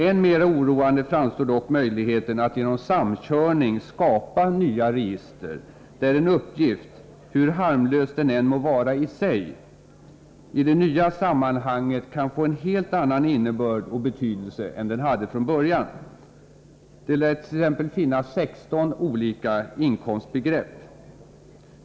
Än mera oroande framstår dock möjligheten att genom samkörning skapa nya register, där en uppgift — hur harmlös den än må vara i sig — i det nya sammanhanget kan få en helt annan innebörd och betydelse än den hade från början. Det lär t.ex. finnas 16 olika inkomstbegrepp.